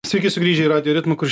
sveiki sugrįžę į radijo ritmą kur